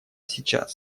сейчас